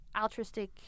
altruistic